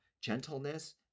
gentleness